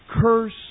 curse